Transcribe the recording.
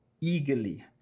eagerly